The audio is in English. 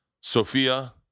Sophia